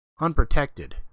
Unprotected